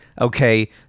okay